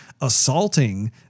assaulting